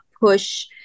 push